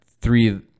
three